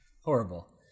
Horrible